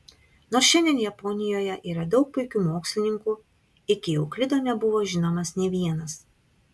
nors šiandien japonijoje yra daug puikių mokslininkų iki euklido nebuvo žinomas nė vienas